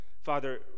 Father